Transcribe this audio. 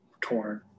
torn